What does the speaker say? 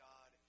God